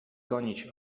gonić